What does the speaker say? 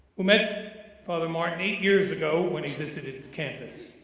who met father martin eight years ago when he visited the campus.